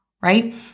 right